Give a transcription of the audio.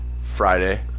Friday